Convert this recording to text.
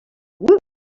woot